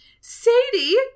Sadie